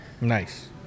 Nice